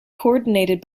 coordinated